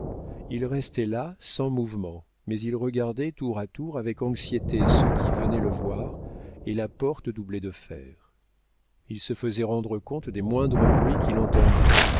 il restait là sans mouvement mais il regardait tour à tour avec anxiété ceux qui venaient le voir et la porte doublée de fer il se faisait rendre compte des moindres bruits qu'il entendait